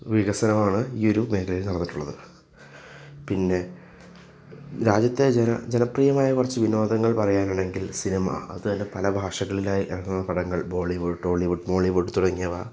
വികസനമാണ് ഈയൊരു മേഖലയിൽ നടന്നിട്ടുള്ളത് പിന്നെ രാജ്യത്തെ ജന ജനപ്രിയമായ കുറച്ച് വിനോദങ്ങൾ പറയാനാണെങ്കിൽ സിനിമ അതു തന്നെ പല ഭാഷകളിലായി ഇറങ്ങുന്ന പടങ്ങൾ ബോളിവുഡ് ട്ടോളിവുഡ് മോളിവുഡ് തുടങ്ങിയവ